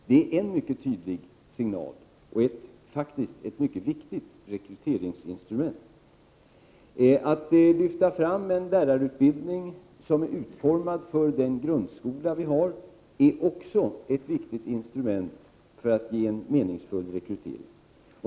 Det är en mycket tydlig signal och faktiskt ett mycket viktigt rekryteringsinstrument. Att lyfta fram en lärarutbildning som är utformad för den grundskola vi har är också ett viktigt instrument för att ge en meningsfull rekrytering.